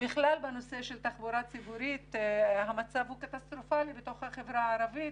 בכלל בנושא של תחבורה ציבורית המצב הוא קטסטרופלי בתוך החברה הערבית